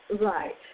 Right